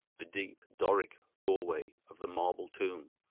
the deep doric doorway of the marble tomb.